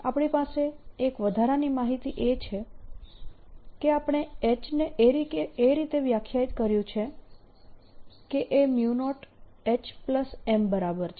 આપણી પાસે એક વધારાની માહિતી એ છે કે આપણે H ને એ રીતે વ્યાખ્યાયિત કર્યું છે કે એ 0HM બરાબર છે